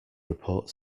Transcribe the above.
report